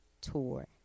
tour